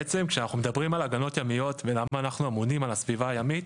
בעצם כשאנחנו מדברים על הגנות ימיות ולמה אנחנו אמונים על הסביבה הימית,